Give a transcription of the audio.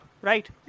right